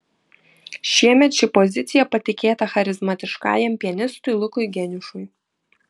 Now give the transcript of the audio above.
šiemet ši pozicija patikėta charizmatiškajam pianistui lukui geniušui